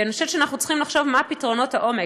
אני חושבת שאנחנו צריכים לחשוב מה הם פתרונות העומק.